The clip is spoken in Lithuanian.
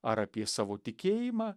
ar apie savo tikėjimą